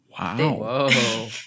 wow